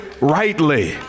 rightly